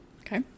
Okay